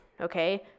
okay